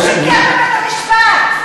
הוא שיקר בבית-המשפט, על מי את כועסת?